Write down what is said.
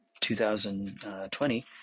2020